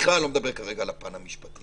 בכלל אני לא מדבר כרגע על הפן המשפטי.